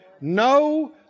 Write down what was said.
no